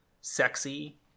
sexy